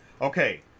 Okay